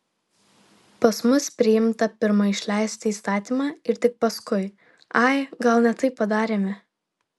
pas mus priimta pirma išleisti įstatymą ir tik paskui ai gal ne taip padarėme